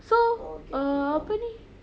so apa ni